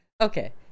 Okay